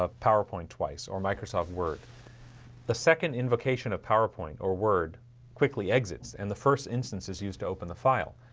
ah powerpoint twice or microsoft word the second invocation of powerpoint or word quickly exits and the first instance is used to open the file